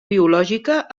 biològica